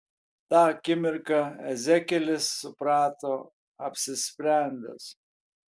tą akimirką ezekielis suprato apsisprendęs